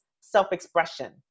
self-expression